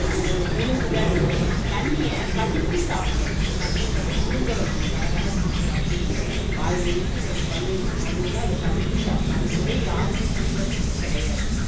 ஓ விழுங்குதல் தண்ணியை கடிச்சு சாப்பிடணும் தண்ணியை வந்து விழுங்குறோம் நம்ம கடகடன்னு குடிக்கிறோம் அப்படி இல்லை வாயில் ஊற்றி ரெண்டு பல்களுக்கு நடுவில் அதை கடிச்சு சாப்பிடணும் அந்த முறை யாருமே பின்பற்றது கிடையாது